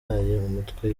umutwe